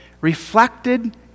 reflected